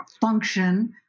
function